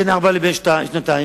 בין ארבע לבין שנתיים?